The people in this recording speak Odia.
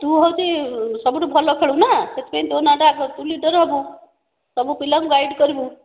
ତୁ ହେଉଛି ସବୁଠୁ ଭଲ ଖେଳୁ ନା ସେଇଥିପାଇଁ ତୋ ନାଁ ଟା ଆଗ ତୁ ଲିଡର ହେବୁ ସବୁ ପିଲାଙ୍କୁ ଗାଇଡ୍ କରିବୁ